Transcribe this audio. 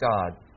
God